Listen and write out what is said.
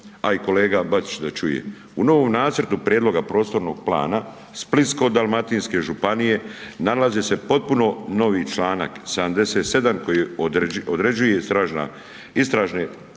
a i kolega Bačić da čuje. U novom Nacrtu prijedloga prostornog plana Splitsko-dalmatinske županije nalazi se potpuno novi članak 77. koji određuje istražne prostore